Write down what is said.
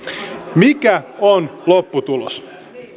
mikä on lopputulos